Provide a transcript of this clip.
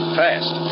fast